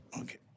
Okay